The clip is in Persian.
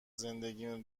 زندگیم